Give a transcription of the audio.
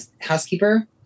housekeeper